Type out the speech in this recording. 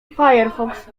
firefox